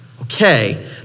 Okay